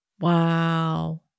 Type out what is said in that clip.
Wow